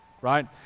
right